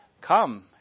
Come